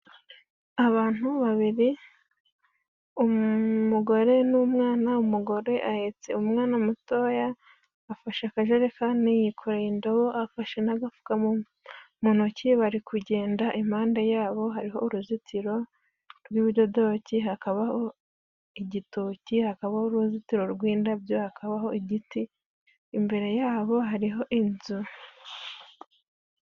Abantu babiri umugore n'umwana umugore ahetse umwana mutoya afashe akajerekani yikoreye indobo afashe n'agafuka mu ntoki bari kugenda impande yabo hariho uruzitiro rw'ibidodoki, hakabaho igitoki, hakabaho uruzitiro rw'indabyo, hakabaho igiti, imbere yabo hariho inzu.